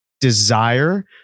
Desire